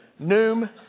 Noom